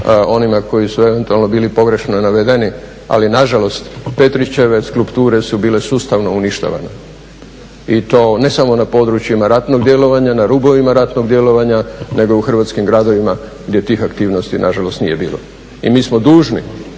onima koji su eventualno bili pogrešno navedeni ali na žalost Petrićeve su bile sustavno uništavane i to ne samo na područjima ratnog djelovanja, na rubovima ratnog djelovanja nego u hrvatskim gradovima gdje tih aktivnosti na žalost nije bilo. I mi smo dužni